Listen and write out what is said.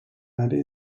ari